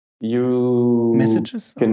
messages